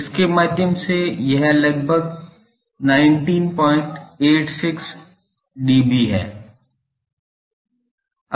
जिसके माध्यम से यह लगभग 1986 dB है